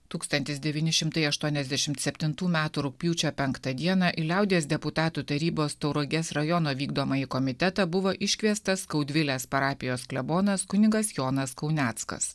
tūkstantis devyni šimtai aštuoniasdešimt septintų metų rugpjūčio penktą dieną į liaudies deputatų tarybos tauragės rajono vykdomąjį komitetą buvo iškviestas skaudvilės parapijos klebonas kunigas jonas kauneckas